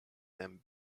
them